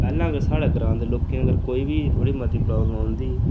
पैह्लें अगर साढ़े ग्रांऽ दे लोकें गी अगर कोई बी थोह्ड़ी मती प्रॉब्लम औंदी ही